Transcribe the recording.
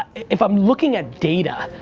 if i'm looking at data,